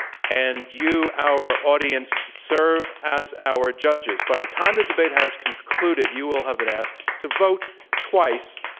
and you our audience serve as our judges, by the time the debate has concluded you will have been asked to vote twice,